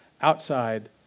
outside